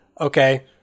okay